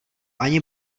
ani